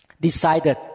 decided